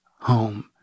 home